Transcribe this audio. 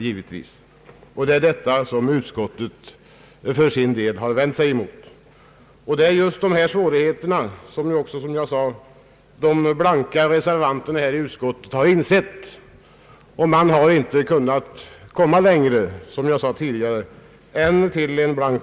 Det är detta som utskottet för sin del har vänt sig emot. Reservanterna har också insett dessa svårigheter när de nöjt sig med att avge en blank reservation och att här anföra vissa synpunkter. Utskottet är i övrigt fullt enigt i sin bedömning av frågan. Herr talman! Jag vidhåller mitt yrkande om bifall till utskottets förslag.